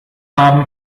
haben